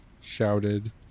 shouted